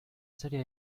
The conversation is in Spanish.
serie